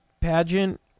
pageant